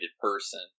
person